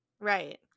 right